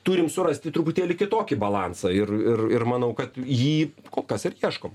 turim surasti truputėlį kitokį balansą ir ir ir manau kad jį kol kas ir ieškom